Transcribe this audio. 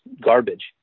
garbage